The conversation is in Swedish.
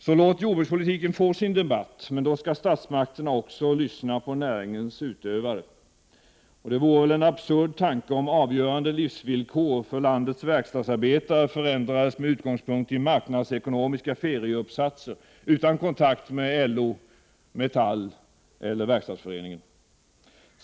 Så låt jordbrukspolitiken få sin debatt, men då skall statsmakterna också lyssna på näringens utövare! Det vore väl en absurd tanke, om avgörande livsvillkor för landets verkstadsarbetare förändrades med utgångspunkt i marknadsekonomiska ferieuppsatser utan kontakt med LO, Metall eller Verkstadsföreningen.